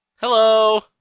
Hello